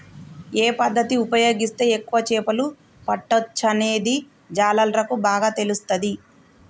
ఏ పద్దతి ఉపయోగిస్తే ఎక్కువ చేపలు పట్టొచ్చనేది జాలర్లకు బాగా తెలుస్తది